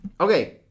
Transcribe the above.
okay